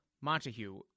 Montague